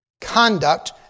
conduct